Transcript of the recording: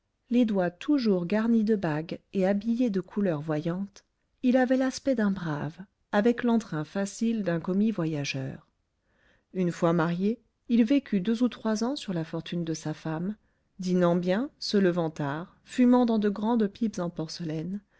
les doigts toujours garnis de bagues et habillé de couleurs voyantes il avait l'aspect d'un brave avec l'entrain facile d'un commis voyageur une fois marié il vécut deux ou trois ans sur la fortune de sa femme dînant bien se levant tard fumant dans de grandes pipes en porcelaine